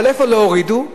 אבל איפה לא הורידו?